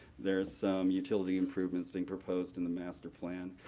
there's some utility improvements being proposed in the master plan,